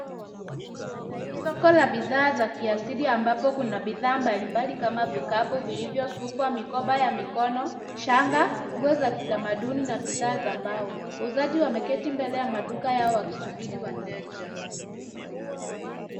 Ni soko la bidhaa za kiasili ambapo kuna bidhaa mbalimbali kama vile vikapu vilivyosukwa, mikoba ya mikono, shanga, nguo ya kitamaduni na bidhaa za mbao. Wauzaji wameketi mbele ya maduka yao wakisubiri wateja.